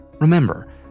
Remember